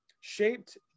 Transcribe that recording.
shaped